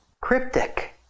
cryptic